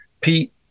Pete